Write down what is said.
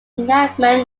enactment